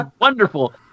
wonderful